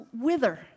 wither